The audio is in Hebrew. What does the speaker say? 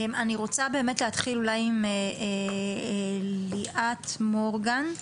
אני רוצה להתחיל עם ליאת מורגן,